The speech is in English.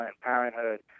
parenthood